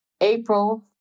April